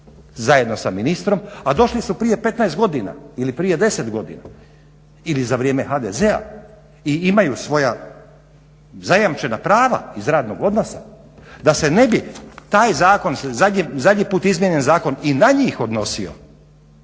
zajedno sa ministrom, a došli su prije 15 godina ili prije 10 godina ili za vrijeme HDZ-a i imaju svoja zajamčena prava iz radnog odnosa da se ne bi taj zakon zadnji put izmijenjen zakon i na njih odnosio.